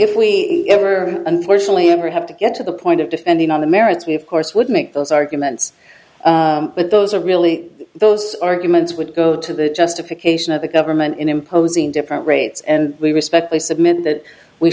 if we ever unfortunately ever have to get to the point of defending on the merits we of course would make those arguments but those are really those arguments would go to the justification of the government in imposing different rates and respect i submit that we